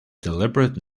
deliberate